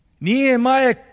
Nehemiah